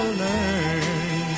learn